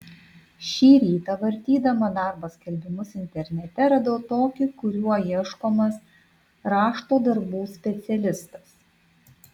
šį rytą vartydama darbo skelbimus internete radau tokį kuriuo ieškomas rašto darbų specialistas